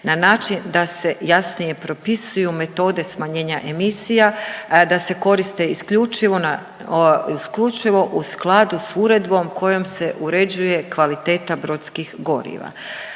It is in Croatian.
na način da se jasnije propisuju metode smanjenja emisija, da se koriste isključivo u skladu s uredbom kojoj se uređuje kvaliteta brodskih goriva.